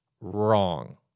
wrong